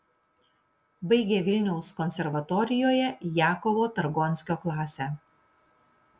baigė vilniaus konservatorijoje jakovo targonskio klasę